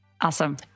Awesome